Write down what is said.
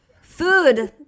food